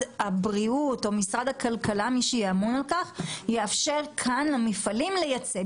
הבריאות או משרד הכלכלה יאפשר כאן למפעלים לייצא.